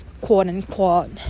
quote-unquote